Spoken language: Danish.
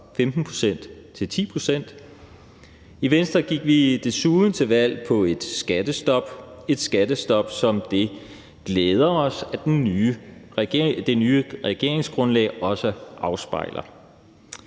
pct. til 10 pct. I Venstre gik vi desuden til valg på et skattestop – et skattestop, som det glæder os, at det nye regeringsgrundlag også afspejler.